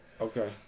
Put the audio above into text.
Okay